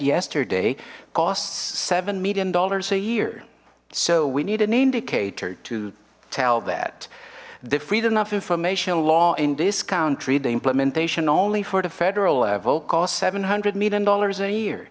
yesterday costs seven million dollars a year so we need an indicator to tell that the freedom of information law in this country the implementation only for the federal level cost seven hundred million dollars a year